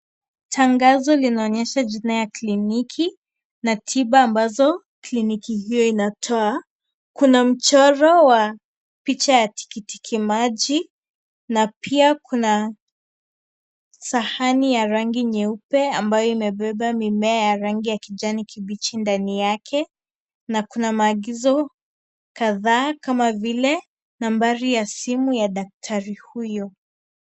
Tangazo linaonyesha bima ya kliniki na tiba ambazo tiba hiyo inatoa kuna mchoro wa picha ya tikitiki maji na pia kuna sahani ya rangi nyeupe ambayo imebeba mimea ya rangi ya kijani kibichi ndani yake na kuna maagizo kadhaa kama vile nambari ya simu ya daktari huyo.